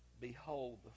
Behold